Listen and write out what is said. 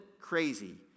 crazy